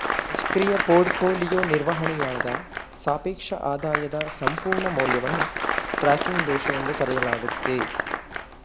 ನಿಷ್ಕ್ರಿಯ ಪೋರ್ಟ್ಫೋಲಿಯೋ ನಿರ್ವಹಣೆಯಾಳ್ಗ ಸಾಪೇಕ್ಷ ಆದಾಯದ ಸಂಪೂರ್ಣ ಮೌಲ್ಯವನ್ನು ಟ್ರ್ಯಾಕಿಂಗ್ ದೋಷ ಎಂದು ಕರೆಯಲಾಗುತ್ತೆ